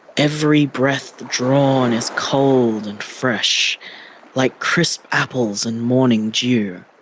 every breath drawn is cold and fresh like crisp apples and morning dew.